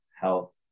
health